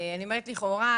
אני אומרת לכאורה,